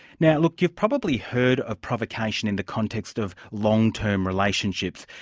now look you've probably heard of provocation in the context of long-term relationships.